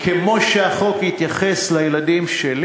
כמו שהחוק יתייחס לילדים שלי